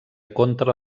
contra